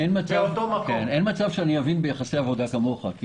אין מצב שאני אבין ביחסי עבודה כמוך.